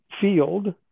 field